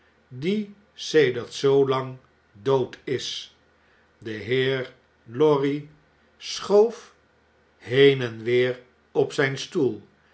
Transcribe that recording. die sedert zoo lang dood is de heer lorry schoof heen en weer op zjjn stoel